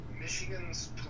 Michigan's